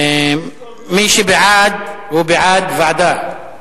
מי שבעד, הוא בעד ועדה.